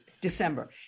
December